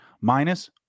minus